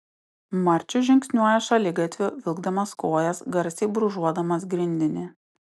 marčius žingsniuoja šaligatviu vilkdamas kojas garsiai brūžuodamas grindinį